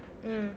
mm